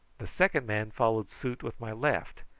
the second man followed suit with my left,